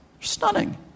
Stunning